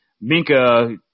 Minka